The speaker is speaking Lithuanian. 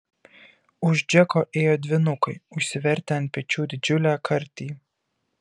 už džeko ėjo dvynukai užsivertę ant pečių didžiulę kartį